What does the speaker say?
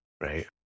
right